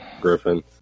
Griffin